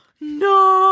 No